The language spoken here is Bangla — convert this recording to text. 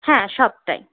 হ্যাঁ সবটাই